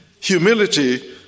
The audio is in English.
Humility